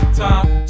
time